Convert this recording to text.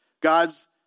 God's